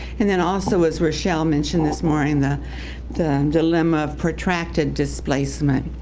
and then also as rachelle mentioned this morning the the dilemma of protracted displacement.